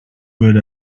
good